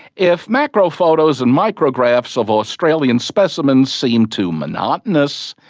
if macro photos and micrographs of australian specimens seemed too monotonous,